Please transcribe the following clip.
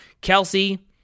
Kelsey